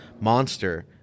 monster